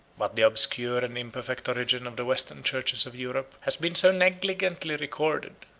but the obscure and imperfect origin of the western churches of europe has been so negligently recorded,